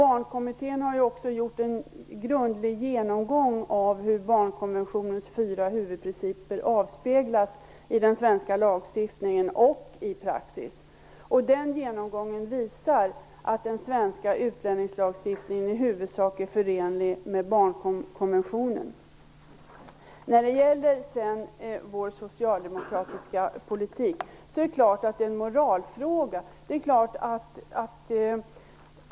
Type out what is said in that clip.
Barnkommittén har också gjort en grundlig genomgång av hur barnkonventionens fyra huvudprinciper avspeglas i den svenska lagstiftningen och i praxis. Denna genomgång visar att den svenska utlänningslagstiftningen i huvudsak är förenlig med barnkonventionen. Det är klart att vår socialdemokratiska politik är en moralfråga.